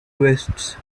twists